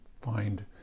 find